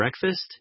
breakfast